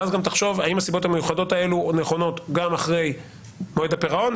ואז גם תחשוב האם הסיבות המיוחדות האלה נכונות גם אחרי מועד הפירעון,